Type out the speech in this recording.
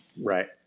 Right